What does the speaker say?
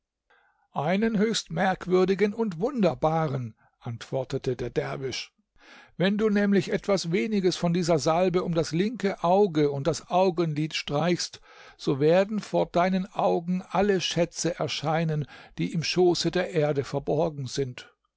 einen höchst merkwürdigen und wunderbaren antwortete der derwisch wenn du nämlich etwas weniges von dieser salbe um das linke auge und das augenlid streichst so werden vor deinen augen alle schätze erscheinen die im schoße der erde verborgen sind